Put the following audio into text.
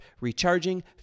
recharging